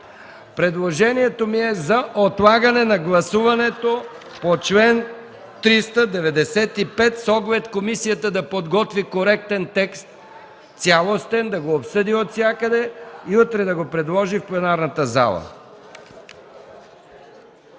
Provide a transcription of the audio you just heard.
Предложението ми е за отлагане на гласуването по чл. 395, с оглед комисията да подготви коректен цялостен текст, да го обсъди отвсякъде и утре да го предложи в пленарната зала.